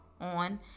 on